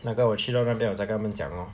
那个我去到那边才跟他们讲 lor